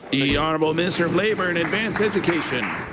the honourable minister of labour and advanced education.